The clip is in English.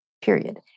period